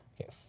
Okay